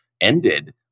ended